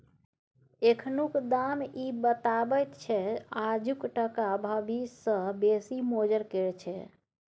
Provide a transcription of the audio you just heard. एखनुक दाम इ बताबैत छै आजुक टका भबिस सँ बेसी मोजर केर छै